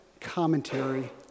commentary